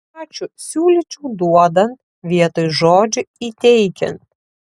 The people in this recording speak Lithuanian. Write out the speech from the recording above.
aš siūlyčiau duodant vietoj žodžio įteikiant